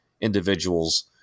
individuals